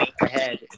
ahead